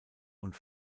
und